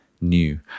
new